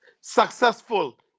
successful